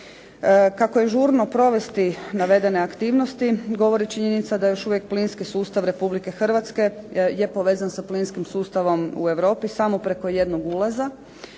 Kao je žurno provesti navedene aktivnosti govori činjenica da još uvijek plinski sustav Republike Hrvatske je povezan sa plinskim sustavom u Europi samo preko jednog ulaza